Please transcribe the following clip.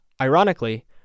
Ironically